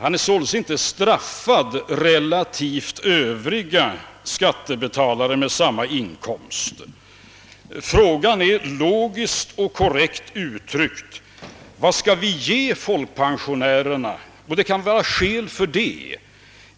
Han blir således inte straffad i jämförelse med övriga skattebetalare som har samma inkomst. Frågan gäller, logiskt och korrekt uttryckt, vilka extra förmåner vi skall ge folkpensionärerna — det kan finnas skäl att ge